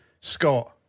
Scott